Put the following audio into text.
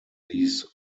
these